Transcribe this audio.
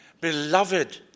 Beloved